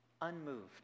unmoved